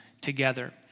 together